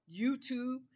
YouTube